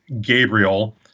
Gabriel